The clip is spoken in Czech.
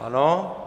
Ano.